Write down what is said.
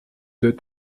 deux